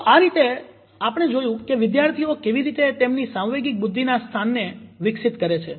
તો આ રીતે આપણે જોયુ કે વિદ્યાર્થીઓ કેવી રીતે તેમની સાંવેગિક બુદ્ધિના સ્થાનને વિકસિત કરે છે